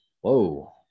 whoa